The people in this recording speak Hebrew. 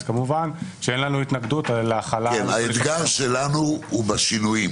כמובן אין לנו התנגדות להחלה --- האתגר שלנו הוא בשינויים